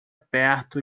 perto